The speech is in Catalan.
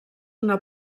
una